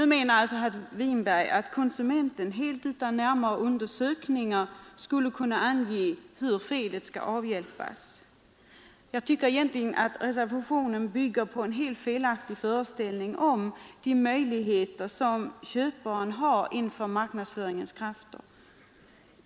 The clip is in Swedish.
Nu menar herr Winberg att konsumenten utan närmare undersökningar skall ange hur felet skall avhjälpas. Jag tycker att reservationen bygger på en helt felaktig föreställning om vilka möjligheter köparen har inför marknadsföringens krafter.